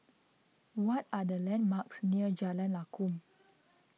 what are the landmarks near Jalan Lakum